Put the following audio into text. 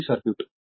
ఇది సర్క్యూట్